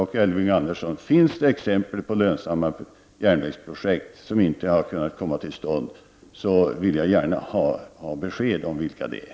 Finns det, Elving Andersson, exempel på lönsamma järnvägsprojekt som inte har kunnat komma till stånd vill jag gärna ha besked om vilka de är.